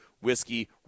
Whiskey